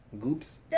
Goops